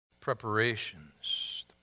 Preparations